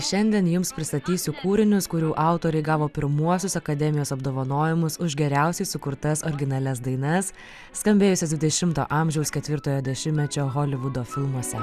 šiandien jums pristatysiu kūrinius kurių autoriai gavo pirmuosius akademijos apdovanojimus už geriausiai sukurtas originalias dainas skambėjusias dvidešimto amžiaus ketvirtojo dešimtmečio holivudo filmuose